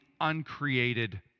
uncreated